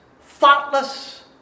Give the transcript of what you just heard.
thoughtless